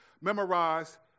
memorize